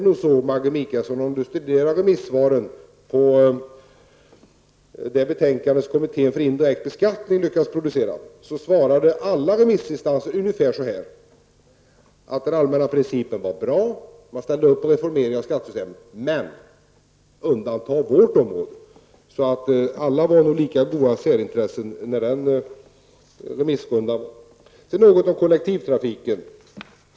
Om Maggi Mikaelsson studerar remissvaren som gällde det betänkande som kommittén för indirekt beskattning lyckades producera så svarade alla remissinstanser ungefär på samma sätt, nämligen att den allmänna principen var bra -- man ställde upp på en reformering av skattesystemet -- men att undantag på just deras område skulle göras. Alla var nog lika goda särintressen vid den remissrundan. Jag vill även säga något om kollektivtrafiken.